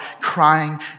crying